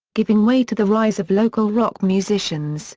giving way to the rise of local rock musicians.